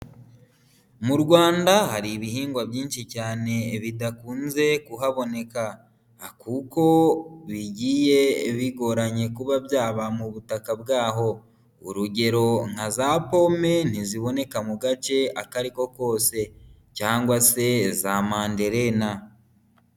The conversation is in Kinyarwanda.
Mu Rwanda hari ibihingwa byinshi cyane bidakunze kuhaboneka kuko bigiye bigoranye kuba byaba mu butaka bwaho, urugero nka za pome ntiziboneka mu gace akariho kose cyangwa se za manderena.